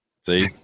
see